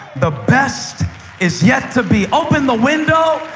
the best is yet to be. open the window.